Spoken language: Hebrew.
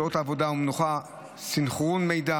שעות עבודה ומנוחה וסנכרון מידע.